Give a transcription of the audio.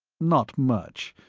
not much.